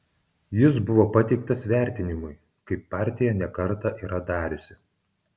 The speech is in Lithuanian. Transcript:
jis buvo pateiktas vertinimui kaip partija ne kartą yra dariusi